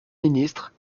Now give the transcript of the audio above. ministre